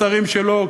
השרים שלו,